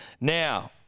Now